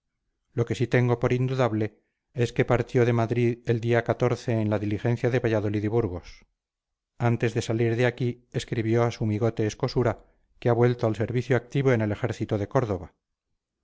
lo que sí tengo por indudable es que partió de madrid el día en la diligencia de valladolid y burgos antes de salir de aquí escribió a su amigote escosura que ha vuelto al servicio activo en el ejército de córdova